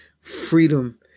freedom